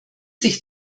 sich